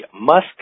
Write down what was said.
musk